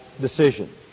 decision